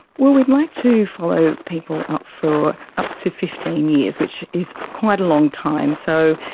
well, we'd like to follow people up for up to fifteen years, which is quite a long time. so